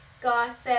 Gossip